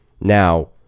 Now